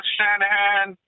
Shanahan